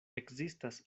ekzistas